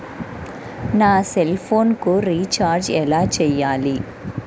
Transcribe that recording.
నా సెల్ఫోన్కు రీచార్జ్ ఎలా చేయాలి?